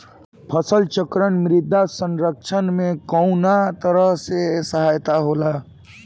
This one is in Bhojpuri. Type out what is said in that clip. फसल चक्रण मृदा संरक्षण में कउना तरह से सहायक होला?